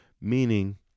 meaning